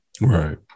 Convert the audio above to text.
Right